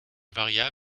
variable